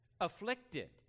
afflicted